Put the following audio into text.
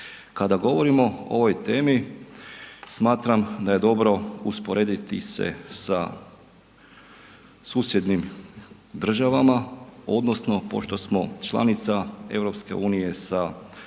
Kada govorimo o ovoj temi, smatram da je dobro usporediti se sa susjednim državama, odnosno pošto smo članica EU sa